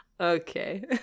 Okay